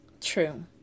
True